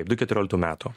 du keturioliktų metų